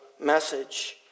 message